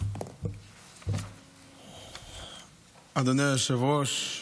אדוני היושב-ראש,